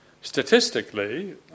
Statistically